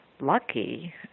lucky